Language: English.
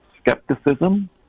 skepticism